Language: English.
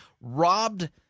robbed